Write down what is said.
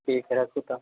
ठीक है राखु तऽ